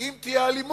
אם תהיה אלימות,